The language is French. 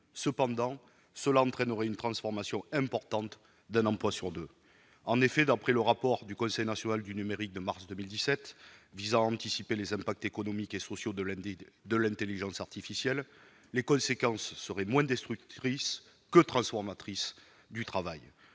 l'automatisation entraînerait une transformation importante d'un emploi sur deux. En effet, d'après un rapport du Conseil national du numérique de mars 2017 visant à anticiper les impacts économiques et sociaux de l'intelligence artificielle, les conséquences seraient « moins destructrices que transformatrices du travail